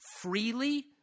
freely